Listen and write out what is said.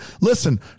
Listen